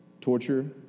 torture